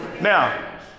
Now